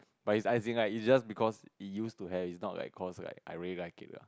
but it's as in like it's just because it used to have it's not like cause like I really like it lah